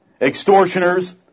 extortioners